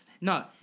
no